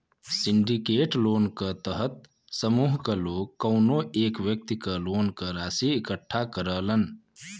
syndicate loan क तहत समूह क लोग कउनो एक व्यक्ति क लोन क राशि इकट्ठा करलन